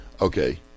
Okay